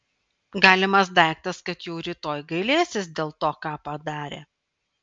galimas daiktas kad jau rytoj gailėsis dėl to ką padarė